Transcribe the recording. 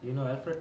do you know alfred